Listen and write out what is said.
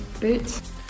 boots